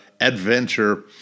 adventure